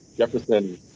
Jefferson